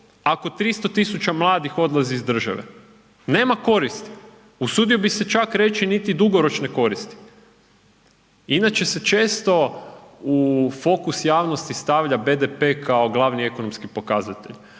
ako 300 000 mladih odlazi iz države, nema koristi, usudio bi se čak reći niti dugoročne koristi. Inače se često u fokus javnosti stavlja BDP kao glavni ekonomski pokazatelj,